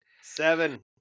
Seven